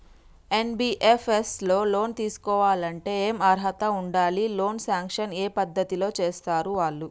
NBFS లో loan తీస్కోవాలంటే ఏం అర్హత ఉండాలి? లోన్ సాంక్షన్ ఏ పద్ధతి లో చేస్తరు వాళ్లు?